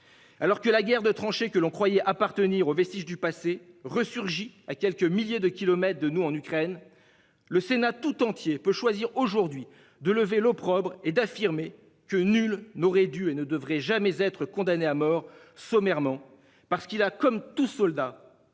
Alors que la guerre de tranchées que l'on croyait appartenir aux vestiges du passé, ressurgit à quelques milliers de kilomètres de nous en Ukraine. Le Sénat tout entier peut choisir aujourd'hui de lever l'opprobre et d'affirmer que nul n'aurait dû et ne devrait jamais être condamnés à mort sommairement parce qu'il a comme tout soldat.